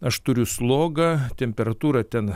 aš turiu slogą temperatūra ten